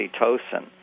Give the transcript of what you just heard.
oxytocin